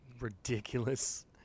ridiculous